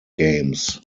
games